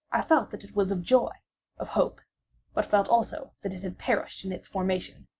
i felt that it was of joy of hope but felt also that it had perished in its formation.